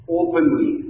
openly